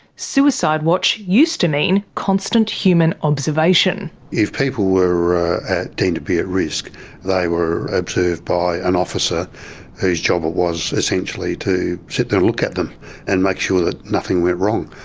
suicide watch used to mean constant human observation. if people were deemed to be at risk they were observed by an officer whose job it was essentially to sit there and look at them and make sure that nothing went wrong.